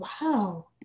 wow